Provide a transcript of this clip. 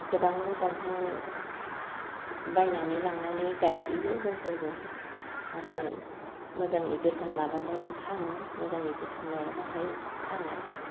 गोबां दंफां बायनानै लांनानै गायहैयो जोंफोरबो आरो मोजाङै जोथोन लाब्लाथाय थाङो मोजाङै जोथोन लायाब्लाथाय थाङा